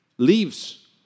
leaves